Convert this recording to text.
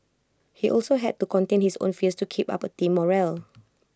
he also had to contain his own fears to keep up team morale